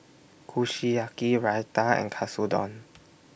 Kushiyaki Raita and Katsudon